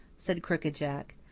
said crooked jack.